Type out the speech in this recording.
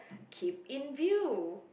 keep in view